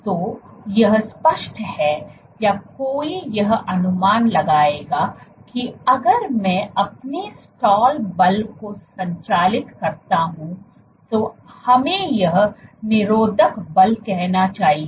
तो यह स्पष्ट है या कोई यह अनुमान लगाएगा कि अगर मैं अपने स्टाल बल को संचालित करता हूं तो हमें यह निरोधक बल कहना चाहिए